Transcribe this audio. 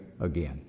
again